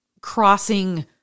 crossing